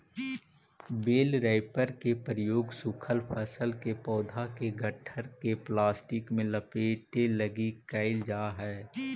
बेल wrapper के प्रयोग सूखल फसल के पौधा के गट्ठर के प्लास्टिक में लपेटे लगी कईल जा हई